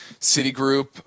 Citigroup